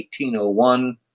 1801